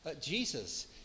Jesus